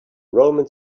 roman